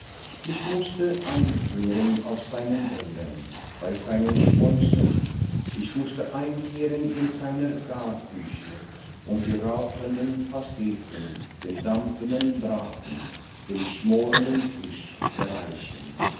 ich mußte einkehren auf seinen bällen bei seinen schmäusen ich mußte einkehren in seiner garküche und die rauchenden pasteten den dampfenden braten den schmorenden fisch beriechen